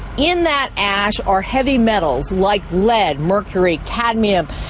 in that ash are heavy metals like lead, mercury, cadmium,